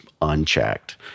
unchecked